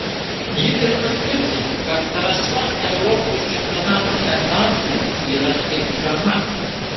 ji ir patvirtino kad trasa europos čempionato etapui yra tinkama